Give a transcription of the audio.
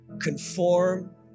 conform